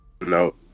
No